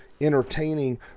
entertaining